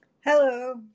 Hello